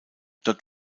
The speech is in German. dort